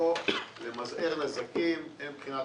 נועדה למזער נזקים, הן מבחינת